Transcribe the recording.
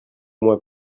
moi